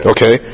Okay